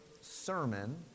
sermon